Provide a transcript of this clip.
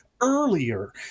earlier